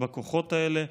בכוחות האלה.